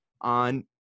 on